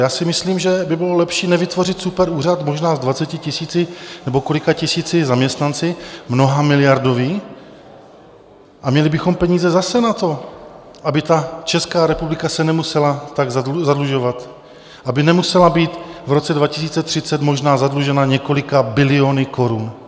Já si myslím, že by bylo lepší nevytvořit superúřad možná s 20 000 nebo kolika tisíci zaměstnanci, mnohamiliardový, a měli bychom peníze zase na to, aby ta Česká republika se nemusela tak zadlužovat, aby nemusela být v roce 2030 možná zadlužena několika biliony korun.